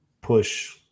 push